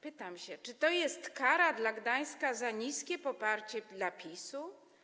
Pytam, czy to jest kara dla Gdańska za niskie poparcie dla PiS.